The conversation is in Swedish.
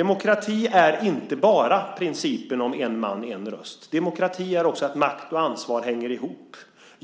Demokrati är inte bara principen om en man, en röst. Demokrati är också principen om att makt och ansvar hänger ihop.